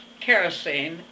kerosene